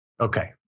okay